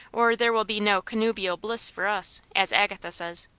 or there will be no connubial bliss for us, as agatha says.